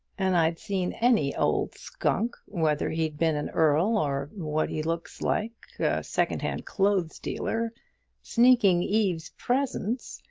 and i'd seen any old skunk, whether he'd been an earl or what he looks like a secondhand clothes dealer sneaking eve's presents,